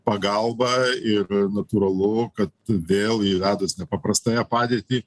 pagalba ir natūralu kad vėl įvedus nepaprastąją padėtį